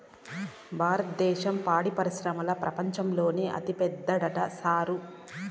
భారద్దేశం పాడి పరిశ్రమల ప్రపంచంలోనే అతిపెద్దదంట సారూ